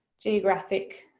geographic,